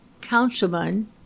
councilman